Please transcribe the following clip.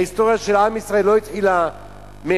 ההיסטוריה של עם ישראל לא התחילה מהצהרת